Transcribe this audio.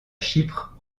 chypre